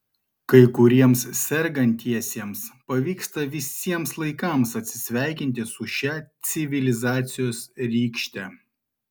kai kuriems sergantiesiems pavyksta visiems laikams atsisveikinti su šia civilizacijos rykšte